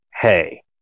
hey